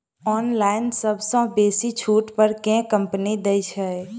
Online सबसँ बेसी छुट पर केँ कंपनी दइ छै?